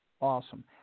Awesome